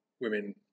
women